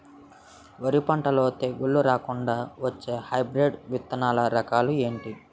వరి పంటలో తెగుళ్లు రాకుండ వచ్చే హైబ్రిడ్ విత్తనాలు రకాలు ఏంటి?